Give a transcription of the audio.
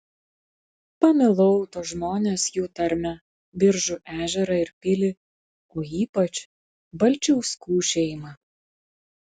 pamilau tuos žmones jų tarmę biržų ežerą ir pilį o ypač balčiauskų šeimą